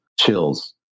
chills